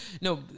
No